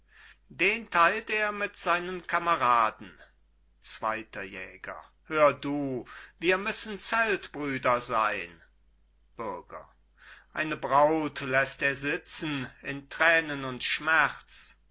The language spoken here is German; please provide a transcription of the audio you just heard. den teilt er mit seinen kameraden zweiter jäger hör du wir müssen zeltbrüder sein bürger eine braut läßt er sitzen in tränen und schmerz